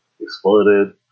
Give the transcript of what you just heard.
exploded